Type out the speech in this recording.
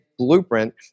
blueprint